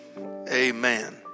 Amen